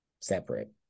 separate